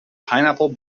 pineapple